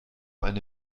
eine